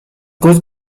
koch